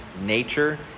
nature